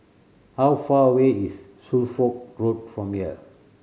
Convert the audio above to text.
how far away is Suffolk Road from here